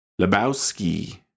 Lebowski